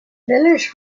village